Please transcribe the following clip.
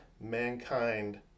mankind